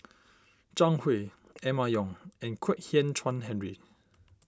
Zhang Hui Emma Yong and Kwek Hian Chuan Henry